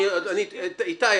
איתי,